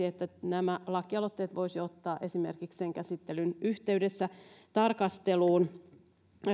että nämä lakialoitteet voisi ottaa esimerkiksi sen käsittelyn yhteydessä tarkasteluun